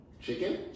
Chicken